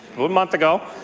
a month ago,